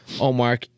Omar